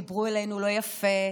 דיברו אלינו לא יפה,